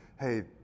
hey